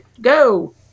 Go